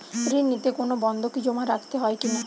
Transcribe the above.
ঋণ নিতে কোনো বন্ধকি জমা রাখতে হয় কিনা?